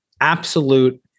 absolute